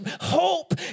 hope